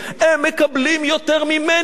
הם מקבלים יותר ממני.